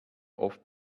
off